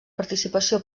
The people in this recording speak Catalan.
participació